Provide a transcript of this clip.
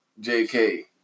JK